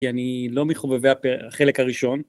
כי אני לא מחובבי הפ... החלק הראשון.